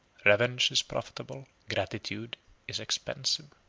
revenge is profitable, gratitude is expensive.